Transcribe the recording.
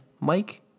Mike